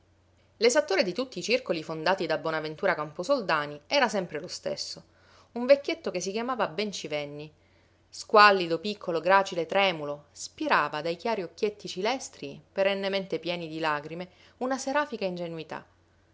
l'esattore di tutti i circoli fondati da bonaventura camposoldani era sempre lo stesso un vecchietto che si chiamava bencivenni squallido piccolo gracile tremulo spirava dai chiari occhietti cilestri perennemente pieni di lagrime una serafica ingenuità